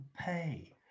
pay